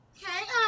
hey